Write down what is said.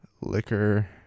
liquor